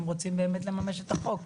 אם רוצים באמת לממש את החוק.